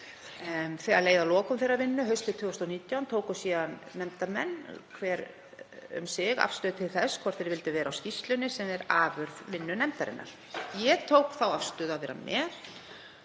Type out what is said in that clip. Þegar leið að lokum þeirrar vinnu haustið 2019 tóku nefndarmenn, hver um sig, síðan afstöðu til þess hvort þeir vildu vera á skýrslunni sem var afurð vinnu nefndarinnar. Ég tók þá afstöðu að vera með